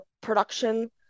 production